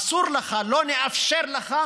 אסור לך, לא נאפשר לך